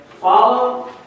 follow